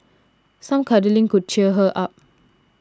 some cuddling could cheer her up